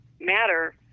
matter